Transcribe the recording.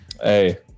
Hey